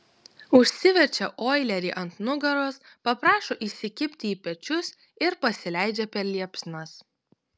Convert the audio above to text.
užsiverčia oilerį ant nugaros paprašo įsikibti į pečius ir pasileidžia per liepsnas